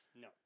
No